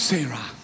Sarah